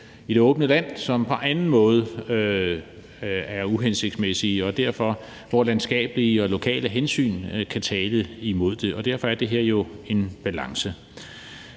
i det åbne land, som på anden måde er uhensigtsmæssige, og hvor landskabelige og lokale hensyn derfor kan tale imod det, og derfor er det her jo en balance.